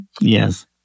Yes